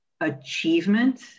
achievement